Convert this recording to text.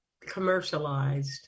commercialized